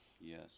Yes